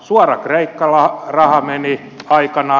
suora kreikka raha meni aikanaan